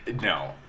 no